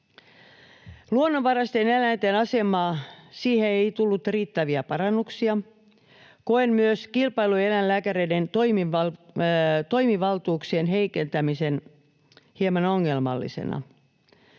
Luonnonvaraisten eläinten asemaan ei tullut riittäviä parannuksia. Koen myös kilpailueläinlääkäreiden toimivaltuuksien heikentämisen hieman ongelmallisena.